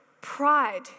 pride